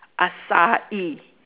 acai